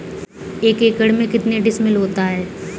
एक एकड़ में कितने डिसमिल होता है?